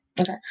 Okay